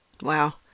Wow